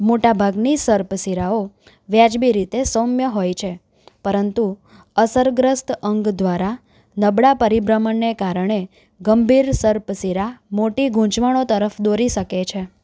મોટાભાગની સર્પશિરાઓ વ્યાજબી રીતે સૌમ્ય હોય છે પરંતુ અસરગ્રસ્ત અંગ દ્વારા નબળા પરિભ્રમણને કારણે ગંભીર સર્પશિરા મોટી ગૂંચવણો તરફ દોરી શકે છે